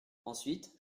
ensuite